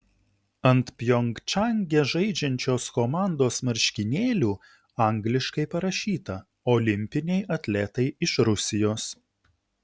ant pjongčange žaidžiančios komandos marškinėlių angliškai parašyta olimpiniai atletai iš rusijos